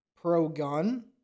pro-gun